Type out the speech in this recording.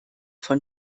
von